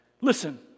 Listen